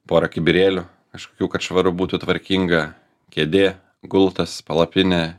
pora kibirėlių kažkokių kad švaru būtų tvarkinga kėdė gultas palapinė